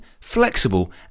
flexible